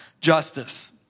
justice